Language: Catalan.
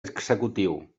executiu